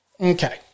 Okay